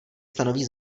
stanoví